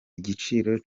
igiciro